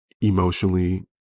emotionally